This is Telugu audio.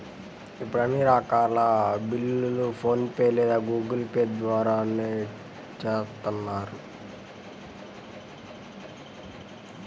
ఇప్పుడు అన్ని రకాల బిల్లుల్ని ఫోన్ పే లేదా గూగుల్ పే ల ద్వారానే చేత్తన్నారు